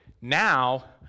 Now